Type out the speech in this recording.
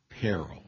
peril